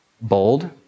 bold